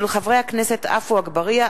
הצעתם של חברי הכנסת עפו אגבאריה,